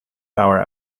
hour